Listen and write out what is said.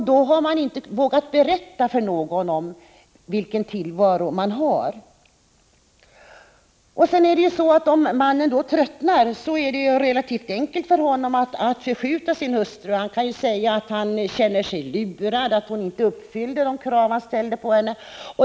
De har då inte vågat berätta för någon om vilken tillvaro de har haft. Om mannen tröttnar är det relativt enkelt för honom att förskjuta sin hustru. Han kan säga att han känner sig lurad, att hustrun inte uppfyllde de krav som han ställde på henne.